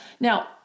Now